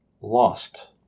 lost